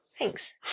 Thanks